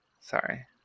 Sorry